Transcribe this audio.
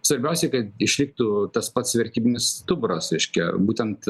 svarbiausia kad išliktų tas pats vertybinis stuburas reiškia būtent